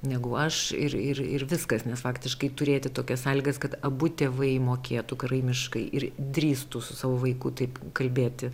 negu aš ir ir ir viskas nes faktiškai turėti tokias sąlygas kad abu tėvai mokėtų karaimiškai ir drįstų su savo vaiku taip kalbėti